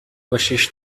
باشیش